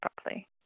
properly